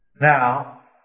Now